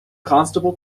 constable